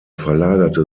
verlagerte